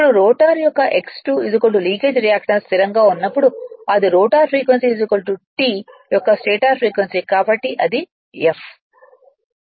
ఇప్పుడు రోటర్ యొక్క X2 leakage reactance స్థిరంగా ఉన్నప్పుడు అది రోటర్ ఫ్రీక్వెన్సీ స్టేటర్ ఫ్రీక్వెన్సీ కాబట్టి అది f